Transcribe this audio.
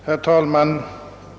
Herr talman!